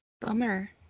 Bummer